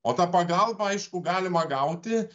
o tą pagalbą aišku galima gauti